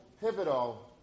pivotal